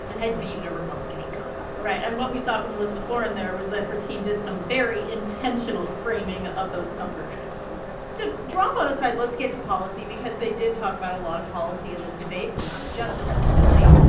has beaten a republican incumbent right. and what we saw from elizabeth warren there was that her team did some very intentional framing of those numbers so drama aside, let's get to policy because they did talk about a lot of policy in this debate and not just electability.